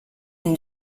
une